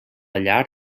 llar